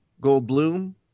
Goldblum